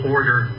Order